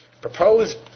proposed